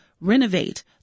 renovate